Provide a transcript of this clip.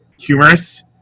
humorous